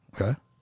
Okay